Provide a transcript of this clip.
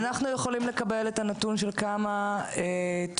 אנחנו יכולים לקבל את הנתונים של כמה ילדים